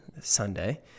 Sunday